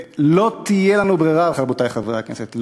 ולא תהיה לנו ברירה, רבותי חברי הכנסת.